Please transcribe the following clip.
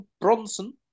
Bronson